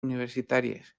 universitarias